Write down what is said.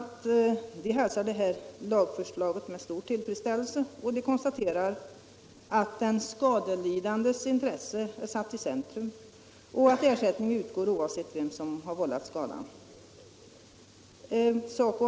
TCO hälsar lagförslaget med stor tillfredsställelse och konstaterar bl.a., att den skadelidandes intresse är satt i centrum samt att ersättning utgår oavsett vem som har vållat skadan. SACO